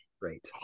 Great